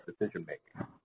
decision-making